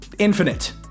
Infinite